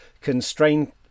constrained